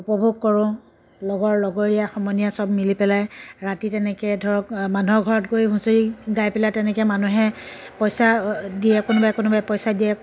উপভোগ কৰোঁ লগৰ লগৰীয়া সমনীয়া চব মিলি পেলাই ৰাতি তেনেকৈ ধৰক মানুহৰ ঘৰত গৈ হুঁচৰি গাই পেলাই তেনেকৈ মানুহে পইচা দিয়ে কোনোবাই কোনোবাই পইচা দিয়ে